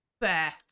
fair